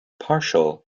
partial